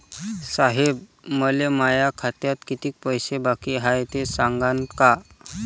साहेब, मले माया खात्यात कितीक पैसे बाकी हाय, ते सांगान का?